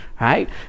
right